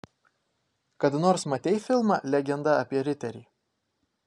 kada nors matei filmą legenda apie riterį